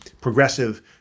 progressive